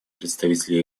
представитель